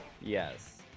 Yes